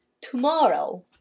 tomorrow